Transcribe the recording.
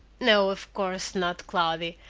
no, of course not, cloudy,